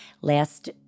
last